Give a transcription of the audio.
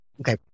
Okay